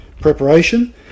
preparation